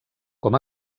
com